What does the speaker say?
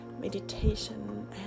meditation